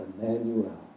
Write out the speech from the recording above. Emmanuel